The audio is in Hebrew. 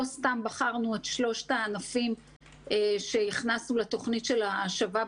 לא סתם בחרנו את שלושת הענפים שהכנסנו לתוכנית "השווה בספורט"